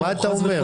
מה אתה אומר?